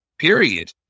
Period